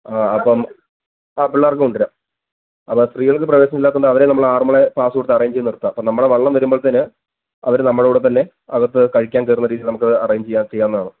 ആ അപ്പം ആ പിള്ളേര്ക്ക് കൊണ്ട് വരാം അപ്പം സ്ത്രീകള്ക്ക് പ്രവേശനം ഇല്ലാത്തതുകൊണ്ട് അവരെ നമ്മൾ ആറന്മുളയിൽ പാസ്സ് കൊടുത്ത് അറേഞ്ച് ചെയ്ത് നിര്ത്താം അപ്പോൾ നമ്മളെ വള്ളം വരുമ്പഴത്തേന് അവർ നമ്മളെ കൂടെ തന്നെ അവര്ക്ക് കഴിക്കാന് കയറുന്ന രീതിയിൽ നമുക്ക് അറേഞ്ച് ചെയ്യാം ചെയ്യാവുന്നതാണ്